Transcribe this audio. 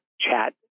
chat